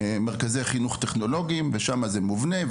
מרכזי חינוך טכנולוגיים ושם זה מובנה,